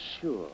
sure